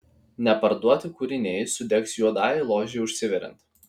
neparduoti kūriniai sudegs juodajai ložei užsiveriant